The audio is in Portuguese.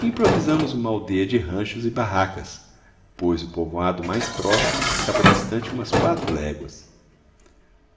improvisamos uma aldeia de ranchos e barracas pois o povoado mais próximo ficava distante umas quatro léguas